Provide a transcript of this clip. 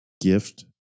gift